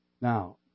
Now